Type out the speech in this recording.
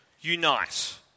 unite